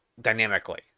dynamically